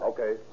Okay